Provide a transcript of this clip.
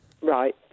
Right